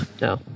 No